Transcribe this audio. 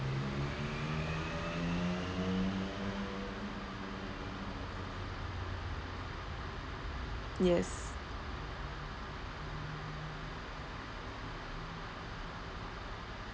yes